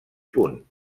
punt